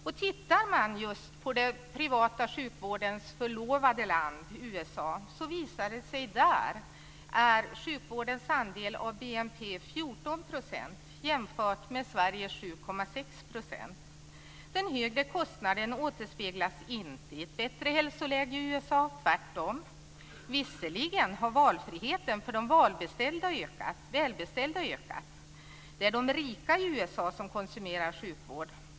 Om man tittar på den privata sjukvårdens förlovade land, USA, visar det sig att där är sjukvårdens andel av BNP 14 % jämfört med Sveriges 7,6 %. Den högre kostnaden återspeglas inte i ett bättre hälsoläge i USA, tvärtom. Visserligen har valfriheten för de välbeställda ökat - det är de rika i USA som konsumerar sjukvård.